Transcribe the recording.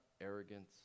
arrogance